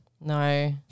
No